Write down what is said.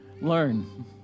learn